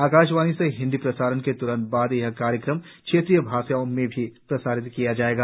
आकाशवाणी से हिन्दी प्रसारण के त्रंत बाद यह कार्यक्रम क्षेत्रीय भाषाओं में भी प्रसारित किया जाएगा